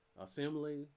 assembly